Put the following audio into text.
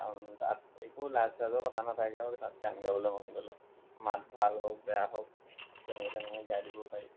কাৰণ তাত একো লাজ চাজৰ কথা নাথাকে আৰু তাত গান গাবলৈ মন গ'লে মাত ভাল হওক বেয়া হওক যেনেকে তেনেকে গাই দিব পাৰি